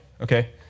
okay